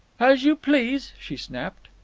as you please, she snapped.